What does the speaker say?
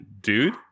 dude